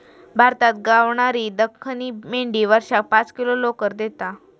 भारतात गावणारी दख्खनी मेंढी वर्षाक पाच किलो लोकर देता